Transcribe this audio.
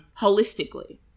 holistically